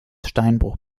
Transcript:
steinbruch